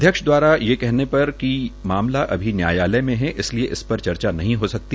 अध्यक्ष दवारा ये कहने पर कि मामला अभी न्यायालय में है इसलिए इस पर चर्चा नहीं हो सकती